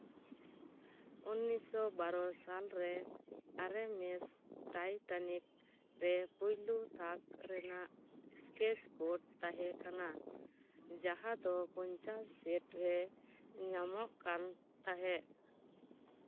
ᱩᱱᱤᱥᱥᱚ ᱵᱟᱨᱚ ᱥᱟᱞᱨᱮ ᱟᱨᱮ ᱢᱮ ᱴᱟᱭ ᱴᱟᱱᱤᱠ ᱨᱮ ᱯᱳᱭᱞᱳ ᱛᱷᱟᱠ ᱨᱮᱱᱟᱜ ᱮᱥᱠᱮᱪ ᱵᱳᱨᱰ ᱛᱟᱦᱮᱸ ᱠᱟᱱᱟ ᱡᱟᱦᱟᱸ ᱫᱚ ᱯᱚᱧᱪᱟᱥ ᱥᱮᱴᱨᱮ ᱧᱟᱢᱚᱜ ᱠᱟᱱ ᱛᱟᱦᱮᱫ